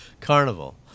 Carnival